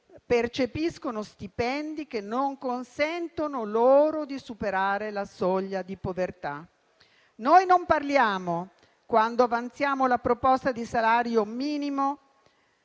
percepiscono stipendi che non consentono loro di superare la soglia di povertà. Quando avanziamo la proposta di salario minimo,